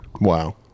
Wow